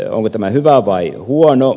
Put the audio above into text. onko tämä hyvä vai huono